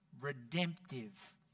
redemptive